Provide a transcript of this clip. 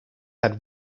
had